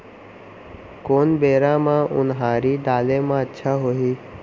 कोन बेरा म उनहारी डाले म अच्छा होही?